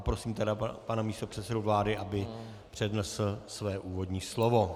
Prosím tedy pana místopředsedu vlády, aby přednesl své úvodní slovo.